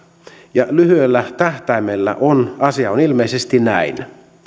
ja lyhyellä tähtäimellä asia on ilmeisesti näin